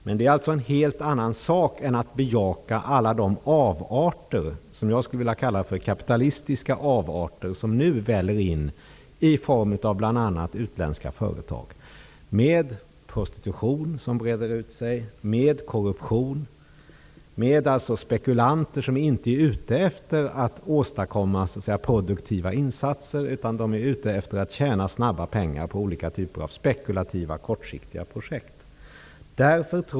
Men det är en helt annan sak än att bejaka alla de kapitalistiska avarter som nu väller in i form av bl.a. utländska företag som för med sig prostitution, korruption och spekulanter som inte är ute efter att åstadkomma produktiva insatser. De är i stället ute efter att tjäna snabba pengar på olika spekulativa och kortsiktiga projket.